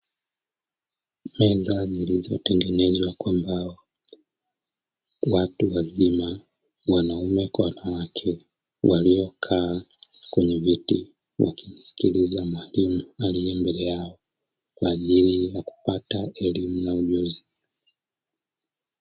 Meza zilizotengenezwa kwa mbao, watu wazima wanaume kwa wanawake waliokaa kwenye viti wakimsikiliza mwalimu aliye mbele yao kwa ajilii ya kupata elimu na ujuzi.